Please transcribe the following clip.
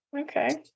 okay